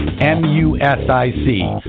M-U-S-I-C